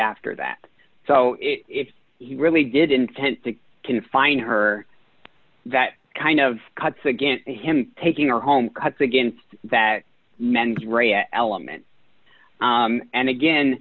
after that so if he really did intend to confine her that kind of cuts against him taking her home cuts against that mens rea element and again